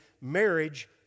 marriage